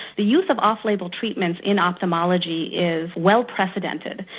the use of off-label treatments in ophthalmology is well precedented.